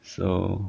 so